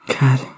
god